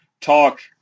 talk